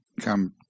come